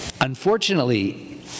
Unfortunately